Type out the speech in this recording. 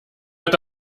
wird